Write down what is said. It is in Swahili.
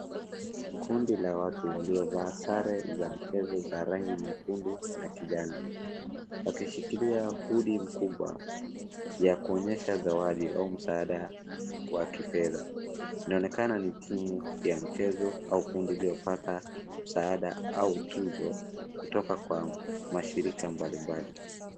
Kundi la watu waliovaa sare za mchezo za rangi nyekundu na kijani, wakishikilia hudi mkubwa ya kuonyesha zawadi au msaada wa kifedha. Inaonekana ni timu ya mchezo au kundi iliyopata msaada au tuzo kutoka kwa mashirika mbalimbali.